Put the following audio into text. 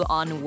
on